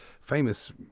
famous